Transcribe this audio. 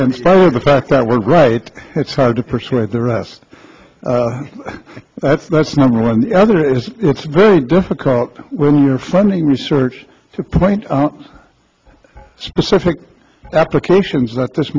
and the fact that we're right it's hard to persuade the rest that's number one the other is it's very difficult when you're funding research to point out specific applications that this